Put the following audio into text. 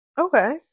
Okay